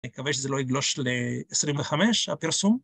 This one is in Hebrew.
אני מקווה שזה לא יגלוש ל-25, הפרסום.